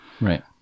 Right